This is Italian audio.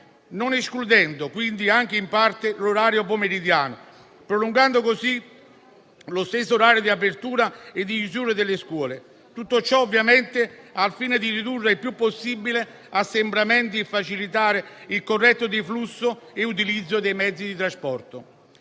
non escludendo anche in parte l'orario pomeridiano, prolungando così lo stesso orario di apertura e di chiusura delle scuole. Tutto ciò ovviamente viene fatto al fine di ridurre il più possibile assembramenti e facilitare il corretto deflusso e utilizzo dei mezzi di trasporto.